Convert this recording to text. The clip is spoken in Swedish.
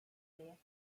lek